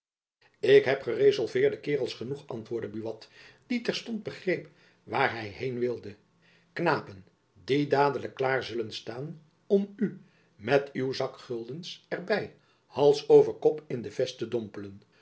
ik heb gerezolveerde kaerels genoeg antwoordde buat die terstond begreep waar hy heen wilde knapen die dadelijk klaar zullen staan om u met uw zak guldens er by hals over kop in de vest te dompelen